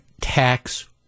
tax